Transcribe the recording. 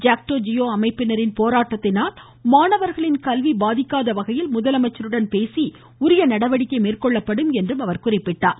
ஜாக்டோ ஜியோ அமைப்பினரின் போராட்டத்தினால் மாணவர்களின் கல்வி பாதிக்காத வகையில் முதலமைச்சருடன் பேசி உரிய நடவடிக்கை மேற்கொள்ளப்படும் என்றார்